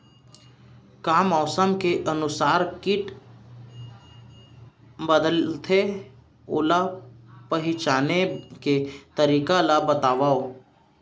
का मौसम के अनुसार किट बदलथे, ओला पहिचाने के तरीका ला बतावव?